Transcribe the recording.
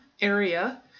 area